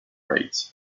rate